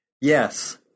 Yes